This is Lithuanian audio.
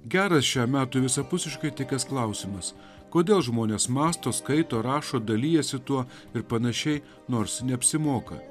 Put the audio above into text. geras šiam metui visapusiškai tikęs klausimas kodėl žmonės mąsto skaito rašo dalijasi tuo ir panašiai nors neapsimoka